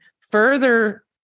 further